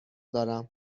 دارم